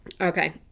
Okay